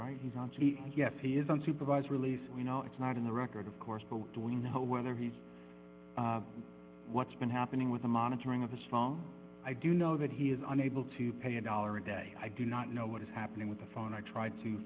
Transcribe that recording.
right here on c yes he is on supervised release we know it's not in the record of course but during the whole whether he's what's been happening with the monitoring of the song i do know that he is unable to pay a dollar a day i do not know what is happening with the phone i tried to